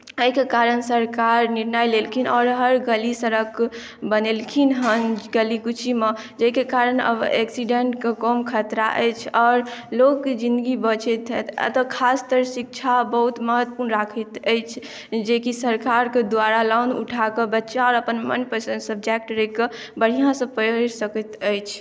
एहिके कारण सरकार निर्णय लेलखिन आओर हर गली सड़क बनेलखिन हन गली कूचीमे जाहिके कारण आब एक्सीडेंटके कम खतरा अछि आओर लोकके जिन्दगी बचैत हैत एतय ख़ासतर शिक्षा बहुत महत्वपूर्ण राखैत अछि जेकि सरकारके द्वारा लोन उठा कऽ बच्चा आर अपन मनपसन्द सब्जेक्ट राखि कऽ बढ़िआँसँ पढ़ि सकैत अछि